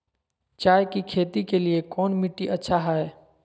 चाय की खेती के लिए कौन मिट्टी अच्छा हाय?